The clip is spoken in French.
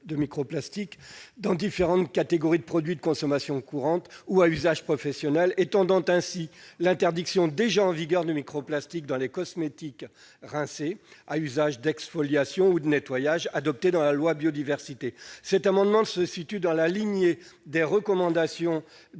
de microplastiques dans différentes catégories de produits de consommation courante ou à usage professionnel, étendant ainsi l'interdiction déjà en vigueur des microplastiques dans les cosmétiques rincés à usage d'exfoliation ou de nettoyage adoptée dans la loi Biodiversité. Il se situe dans la lignée des recommandations